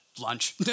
lunch